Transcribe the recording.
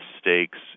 stakes